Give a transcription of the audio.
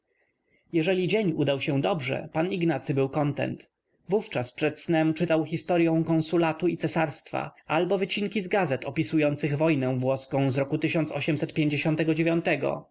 jeżeli dzień udał się dobrze pan ignacy był kontent wówczas przed snem czytał historyą konsulatu i cesarstwa albo wycinki z gazet opisujących wojnę włoską w r